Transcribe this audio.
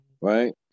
right